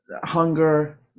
hunger